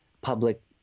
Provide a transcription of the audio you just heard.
public